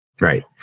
right